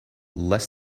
less